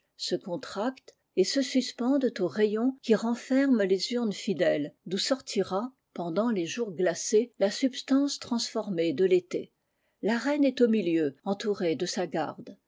je contractent et se suspendent aux rayons li renferment les urnes fidèles foù sortira p i j le massague des pendant les jours glacés la substance transformée de tété la reine est au milieu entourée de sa garde